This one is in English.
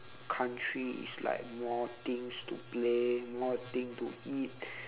countries like more things to play more thing to eat